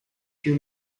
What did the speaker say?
two